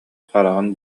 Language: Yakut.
хараҕын